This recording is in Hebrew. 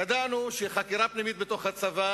ידענו שחקירה פנימית בתוך הצבא